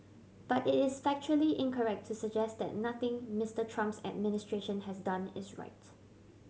but it is factually incorrect to suggest that nothing Mister Trump's administration has done is right